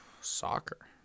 Soccer